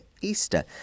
Easter